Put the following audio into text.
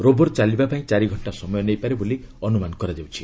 rover ଚାଲିବା ପାଇଁ ଚାରିଘଣ୍ଟା ସମୟ ନେଇପାରେ ବୋଲି ଅନୁମାନ କରାଯାଉଛି